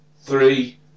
three